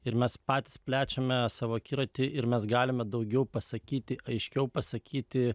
ir mes patys plečiame savo akiratį ir mes galime daugiau pasakyti aiškiau pasakyti